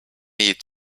need